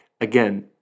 again